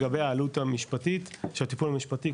לגבי העלות המשפטית שהטיפול המשפטי,